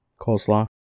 Coleslaw